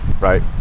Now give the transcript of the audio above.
right